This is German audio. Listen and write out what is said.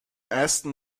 ersten